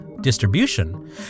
distribution